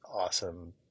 awesome